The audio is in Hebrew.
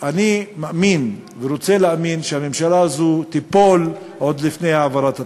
אני מאמין ורוצה להאמין שהממשלה הזאת תיפול עוד לפני העברת התקציב.